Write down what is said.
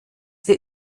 wir